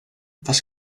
was